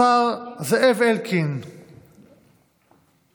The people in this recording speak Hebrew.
השר זאב אלקין יתייחס